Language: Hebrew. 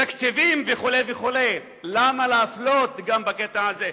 תקציבים וכו' וכו' למה להפלות גם בקטע הזה?